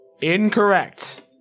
Incorrect